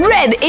Red